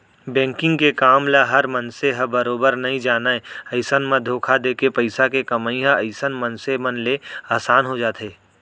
banking के काम ल हर मनसे ह बरोबर नइ जानय अइसन म धोखा देके पइसा के कमई ह अइसन मनसे मन ले असान हो जाथे